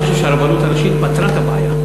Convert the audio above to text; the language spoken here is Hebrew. אני חושב שהרבנות הראשית פתרה את הבעיה.